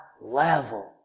level